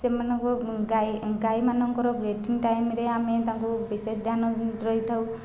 ସେମାନଙ୍କୁ ଗାଈ ଗାଈମାନଙ୍କର ମେଟିଙ୍ଗ ଟାଇମରେ ଆମେ ତାଙ୍କୁ ବିଶେଷ ଧ୍ୟାନ ଦେଇଥାଉ